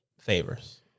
Favors